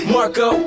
Marco